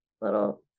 little